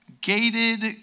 Gated